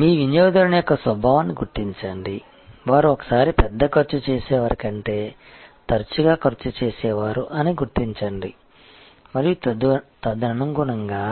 మీ వినియోగదారుని యొక్క స్వభావాన్ని గుర్తించండి వారు ఒక సారి పెద్ద ఖర్చు చేసేవారి కంటే తరచుగా ఖర్చు చేసేవారు అని గుర్తించండి మరియు తదనుగుణంగా